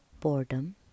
boredom